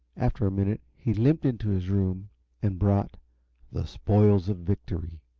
after a minute he limped into his room and brought the spoils of victory,